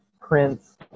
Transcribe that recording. Prince